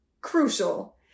crucial